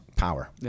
Power